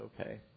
okay